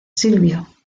silvio